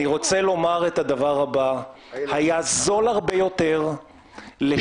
אני רוצה לומר את הדבר הבא: היה זול הרבה יותר לשלם